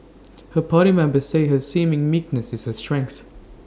her party members say her seeming meekness is her strength